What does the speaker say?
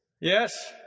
Yes